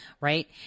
right